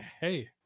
hey